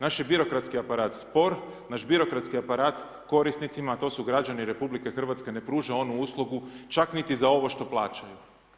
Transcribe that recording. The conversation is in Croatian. Naš je birokratski aparat spor, naš birokratski aparat korisnicima a to su građani RH, ne pruža onu uslugu čak niti za ovo što plaćaju.